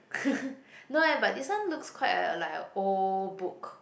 no eh but this one looks quite err like a old book